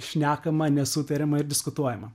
šnekama nesutariama ir diskutuojama